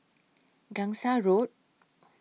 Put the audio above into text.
Gangsa Road